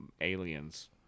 aliens